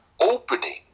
opening